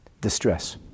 distress